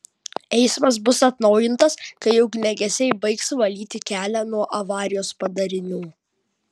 eismas bus atnaujintas kai ugniagesiai baigs valyti kelią nuo avarijos padarinių